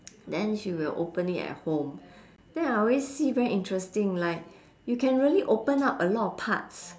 then she will open it at home then I always see very interesting like you can really open up a lot of parts